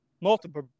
multiple